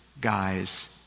guy's